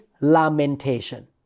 lamentation